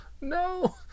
no